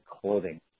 clothing